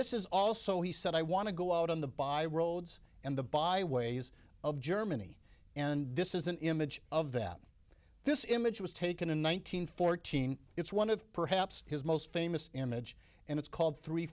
this is all so he said i want to go out on the by roads and the by ways of germany and this is an image of that this image was taken in one nine hundred fourteen it's one of perhaps his most famous image and it's called three